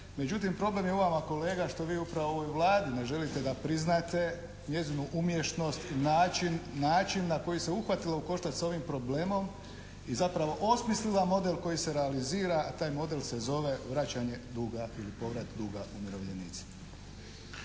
Međutim, problem je u vama kolega što vi upravo ovoj Vladi ne želite da priznate njezinu umješnost, način na koji se uhvatila u koštac s ovim problemom i zapravo osmislila model koji se realizira, a taj model se zove vraćanje duga ili povrat duga umirovljenicima.